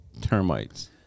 Termites